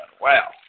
Wow